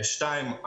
שתיים,